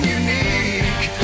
unique